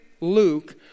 Luke